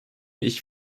ich